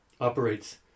operates